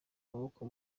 amaboko